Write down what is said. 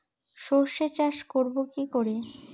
সর্ষে চাষ করব কি করে?